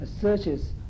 searches